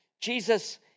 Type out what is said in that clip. Jesus